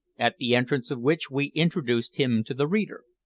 at the entrance of which we introduced him to the reader.